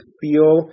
feel